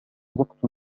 وقت